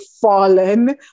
fallen